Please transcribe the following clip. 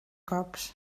cops